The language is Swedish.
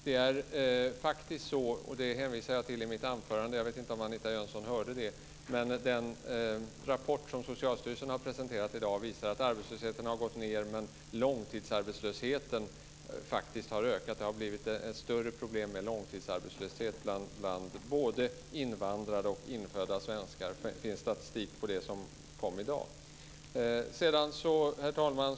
Den rapport - jag hänvisade till detta i mitt anförande men jag vet inte om Anita Jönsson hörde det - som Socialstyrelsen i dag har presenterat visar att arbetslösheten gått ned men att långtidsarbetslösheten faktiskt ökat. Det har blivit större problem med långtidsarbetslösheten bland både invandrare och infödda svenskar. Sådan statistik finns med i det material som kom i dag. Herr talman!